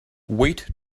wait